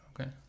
Okay